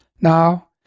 Now